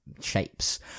shapes